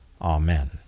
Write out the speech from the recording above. Amen